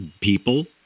People